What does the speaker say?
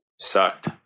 Sucked